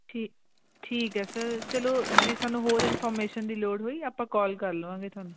ਠੀਕ ਠੀਕ ਹੈ ਸਰ ਚਲੋ ਜੇ ਸਾਨੂੰ ਹੋਰ ਇਨਫੋਰਮੇਸ਼ਨ ਦੀ ਲੋੜ ਹੋਈ ਆਪਾਂ ਕਾਲ ਕਰ ਲਵਾਂਗੇ ਤੁਹਾਨੂੰ